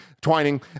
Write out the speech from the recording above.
twining